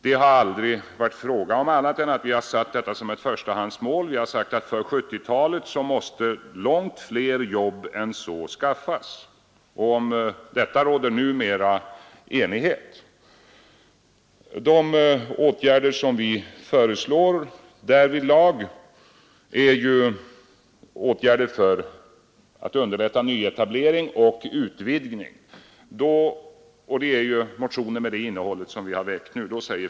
Det har aldrig varit fråga om annat än att vi satt detta med 100 000 nya jobb som ett förstahandsmål. För 1970-talet måste långt fler jobb än så skaffas. Om detta råder numera enighet. De åtgärder som vi föreslår därvidlag är åtgärder för att underlätta nyetablering och utvidgning. Det är motioner med det innehållet som vi har väckt nu.